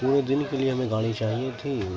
پورے دن کے لیے ہمیں گاڑی چاہیے تھی